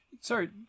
sorry